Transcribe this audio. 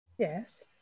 Yes